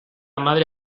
madre